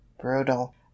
brutal